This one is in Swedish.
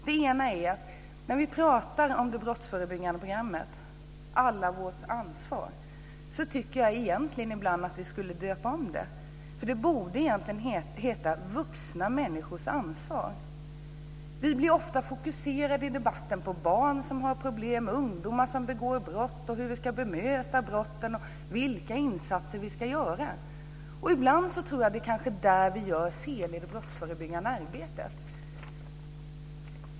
Den första är att jag tycker att vi borde döpa om det brottsförebyggande programmet och allas vårt ansvar till vuxna människors ansvar. Debatten fokuseras ofta på barn som har problem, ungdomar som begår brott, hur vi ska bemöta brotten och vilka insatser som ska göras. Jag tror att det är där som vi gör fel i det brottsförebyggande arbetet.